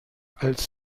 als